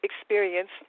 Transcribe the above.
experience